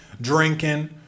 drinking